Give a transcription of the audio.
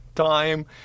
time